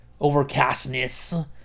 Overcastness